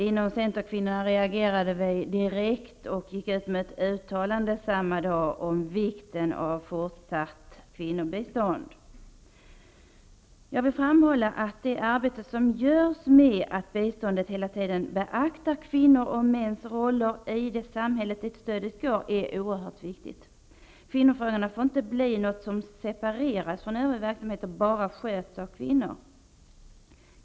Inom Centerkvinnorna reagerade vi direkt och gick samma dag ut med ett uttalande om vikten av fortsatt kvinnobistånd. Jag vill framhålla att det arbete som görs med att inom biståndet hela tiden beakta kvinnors och mäns roller i det samhälle dit stödet går är oerhört viktigt. Kvinnofrågorna får inte bli något som separeras från övrig verksamhet och bara sköts av kvinnor.